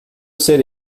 ser